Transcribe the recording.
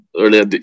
earlier